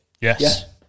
Yes